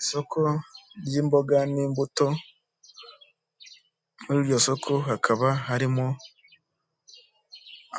Isoko ry'imboga n'imbuto, muri iryo soko hakaba harimo